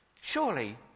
surely